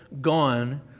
gone